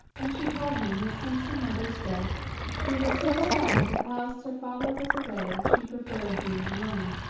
and she told him that since her mother's death she was so sad that whilst her father was away she preferred being alone.